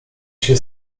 się